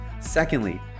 Secondly